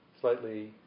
slightly